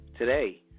Today